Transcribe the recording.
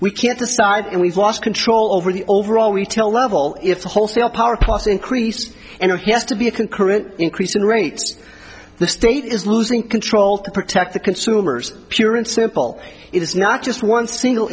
we can't decide and we've lost control over the overall retail level if wholesale power plus increase and yes to be a concurrent increase in rates the state is losing control to protect the consumers pure and simple it is not just one single